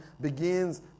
begins